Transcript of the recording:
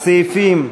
סעיפים 7,